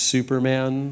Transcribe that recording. Superman